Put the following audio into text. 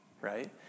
right